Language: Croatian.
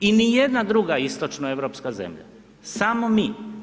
I ni jedna druga istočnoeuropsko zemlja, samo mi.